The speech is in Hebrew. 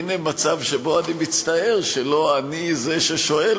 שהנה מצב שבו אני מצטער שלא אני זה ששואל